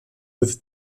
with